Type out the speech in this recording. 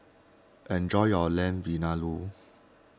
enjoy your Lamb Vindaloo